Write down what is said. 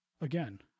again